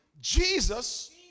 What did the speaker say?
Jesus